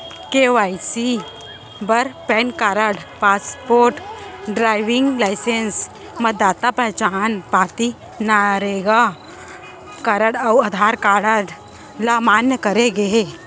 KYC बर pan card, passport, driving licence, मतदाता पहचान पाती, नरेगा कारड अउ आधार कारड ल मान्य करे गे हे